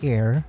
Air